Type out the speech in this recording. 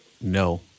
No